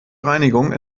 reinigung